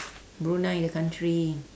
brunei the country